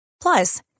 Plus